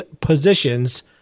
positions